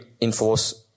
enforce